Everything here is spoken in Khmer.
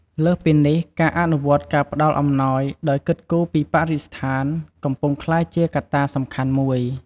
លើសពីនេះ ការអនុវត្តការផ្តល់អំណោយដោយគិតគូរពី បរិស្ថាន កំពុងក្លាយជាកត្តាសំខាន់មួយ។